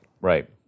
right